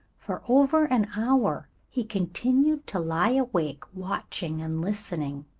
for over an hour he continued to lie awake, watching and listening.